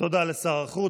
תודה לשר החוץ.